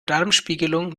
darmspiegelung